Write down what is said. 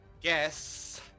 guess